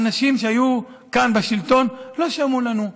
האנשים שהיו כאן, בשלטון, לא שמעו לנו.